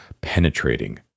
Penetrating